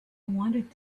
wanted